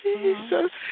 Jesus